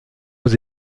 aux